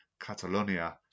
Catalonia